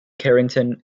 carrington